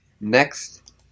Next